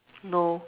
no